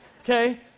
okay